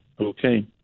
Okay